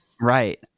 right